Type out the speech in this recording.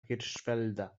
hirschfelda